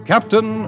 Captain